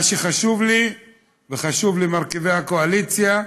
מה שחשוב לי וחשוב למרכיבי הקואליציה: